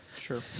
Sure